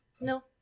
No